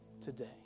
today